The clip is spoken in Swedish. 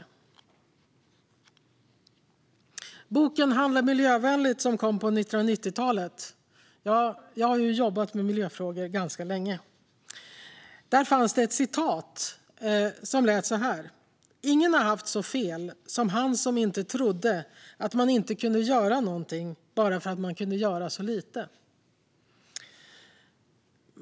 I boken Handla miljövänligt , som kom på 1990-talet - ja, jag har jobbat med miljöfrågor ganska länge - fanns det ett talesätt som löd så här: Ingen har haft så fel som han som inte trodde att man inte kunde göra någonting bara för att man kunde göra så lite.